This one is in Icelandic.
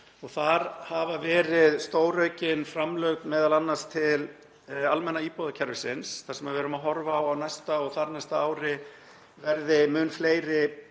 Þar hafa verið stóraukin framlög, m.a. til almenna íbúðakerfisins þar sem við erum að horfa á að á næsta og þarnæsta ári verði mun fleiri